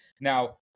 Now